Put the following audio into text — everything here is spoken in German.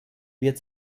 wird